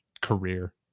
career